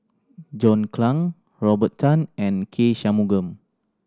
John Clang Robert Tan and K Shanmugam